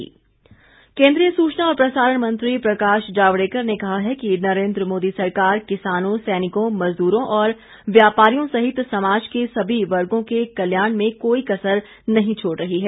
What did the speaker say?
प्रकाश Javadekar केन्द्रीय सूचना और प्रसारण मंत्री प्रकाश जावड़ेकर ने कहा है कि नरेन्द्र मोदी सरकार किसानों सैनिकों मजदूरों और व्यापारियों सहित समाज के सभी वर्गों के कल्याण में कोई कसर नहीं छोड़ रही है